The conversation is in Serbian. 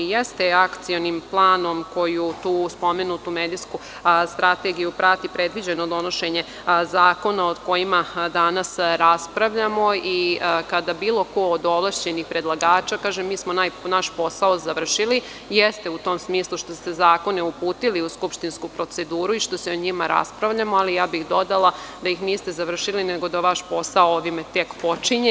Akcionim planom, koju tu spomenutu medijsku strategiju prati, predviđa se donošenje zakona o kojima danas raspravljamo i kada bilo ko od ovlašćenih predlagača, kaže mi smo naš posao završili, jeste u tom smislu što ste zakone uputili u skupštinsku proceduru, što se o njima raspravlja, ali ja bih dodala da ih niste završili, nego da vaš posao ovime tek počinje.